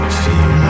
feel